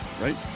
Right